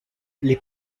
les